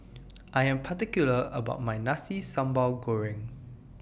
I Am particular about My Nasi Sambal Goreng